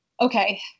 okay